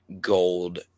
gold